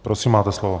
Prosím, máte slovo.